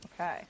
Okay